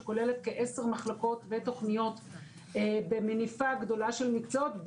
שכוללת כעשר מחלקות ותוכניות במניפה גדולה של מקצועות,